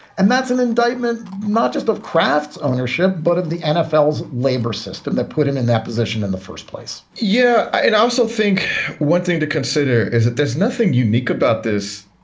and that's an indictment not just of kraft's ownership, but of the nfl labor system that put him in that position in the first place. yeah and i and also think one thing to consider is that there's nothing unique about this.